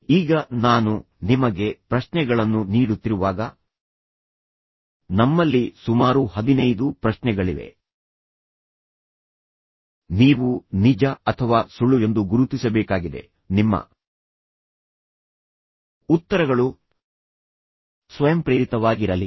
ಈಗ ನಾನು ನಿಮಗೆ ಪ್ರಶ್ನೆಗಳನ್ನು ನೀಡುತ್ತಿರುವಾಗ ನಮ್ಮಲ್ಲಿ ಸುಮಾರು ಹದಿನೈದು ಪ್ರಶ್ನೆಗಳಿವೆ ನೀವು ನಿಜ ಅಥವಾ ಸುಳ್ಳುಎಂದು ಗುರುತಿಸಬೇಕಾಗಿದೆ ನಿಮ್ಮ ಉತ್ತರಗಳು ಸ್ವಯಂಪ್ರೇರಿತವಾಗಿರಲಿ